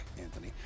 Anthony